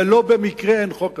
ולא במקרה אין חוק כזה.